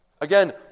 Again